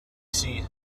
see